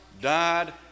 died